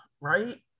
right